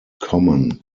common